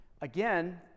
Again